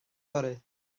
fory